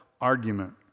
argument